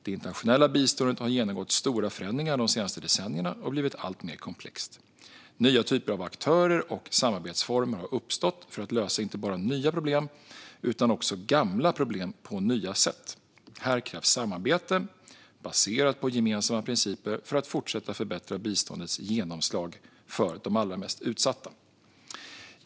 Det internationella biståndet har genomgått stora förändringar de senaste decennierna och blivit alltmer komplext. Nya typer av aktörer och samarbetsformer har uppstått för att lösa inte bara nya problem utan också gamla problem på nya sätt. Här krävs samarbete baserat på gemensamma principer för att fortsätta förbättra biståndets genomslag för de allra mest utsatta.